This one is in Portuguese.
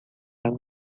ela